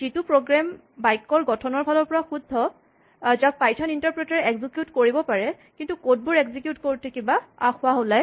যিটো প্ৰগ্ৰেম বাক্যৰ গঠনৰ ফালৰ পৰা শুদ্ধ যাক পাইথন ইন্টাপ্ৰেটাৰ এ এক্সিকিউট কৰিব পাৰে কিন্তু কড বোৰ এক্সিকিউট কৰোঁতে কিবা আসোঁৱাহ ওলায়